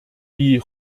wie